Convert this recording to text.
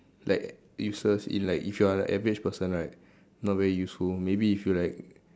like useless in like if you are a average person right not very useful maybe if you like